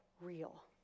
real